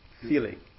feeling